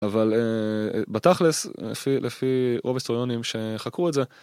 אבל בתכלס לפי רוב היסטוריונים שחקרו את זה.